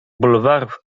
bulwarów